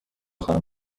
خواهم